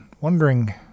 wondering